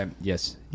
Yes